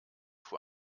vor